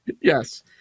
Yes